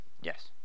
Yes